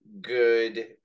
good